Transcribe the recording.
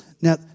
Now